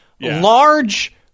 large